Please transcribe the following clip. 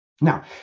Now